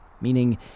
meaning